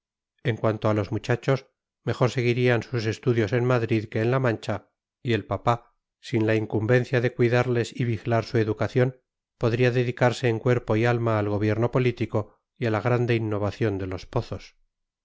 en cuanto a los muchachos mejor seguirían sus estudios en madrid que en la mancha y el papá sin la incumbencia de cuidarles y vigilar su educación podría dedicarse en cuerpo y alma al gobierno político y a la grande innovación de los pozos